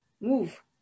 move